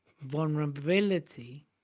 Vulnerability